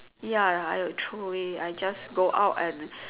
ya I I throw away I just go out and